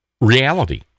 reality